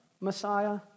Messiah